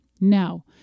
Now